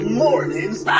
mornings